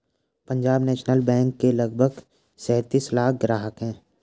Punjab national bank के लगभग सैंतीस लाख ग्राहक हैं